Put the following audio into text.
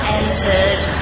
entered